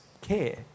care